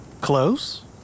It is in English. Close